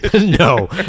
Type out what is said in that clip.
no